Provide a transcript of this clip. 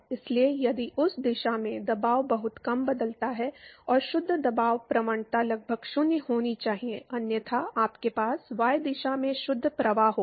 इसलिए यदि उस दिशा में दबाव बहुत कम बदलता है और शुद्ध दबाव प्रवणता लगभग 0 होनी चाहिए अन्यथा आपके पास y दिशा में शुद्ध प्रवाह होगा